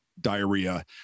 diarrhea